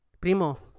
Primo